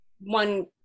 one